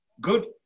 good